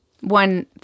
One